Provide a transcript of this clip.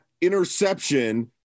interception